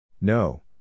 No